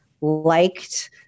liked